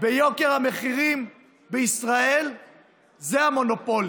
ליוקר המחירים בישראל הוא המונופולים.